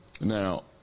Now